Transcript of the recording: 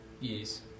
Yes